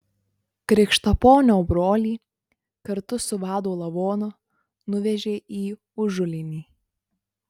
krikštaponio brolį kartu su vado lavonu nuvežė į užulėnį